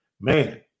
Man